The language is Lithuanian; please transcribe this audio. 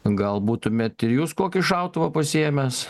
gal būtumėt ir jūs kokį šautuvą pasiėmęs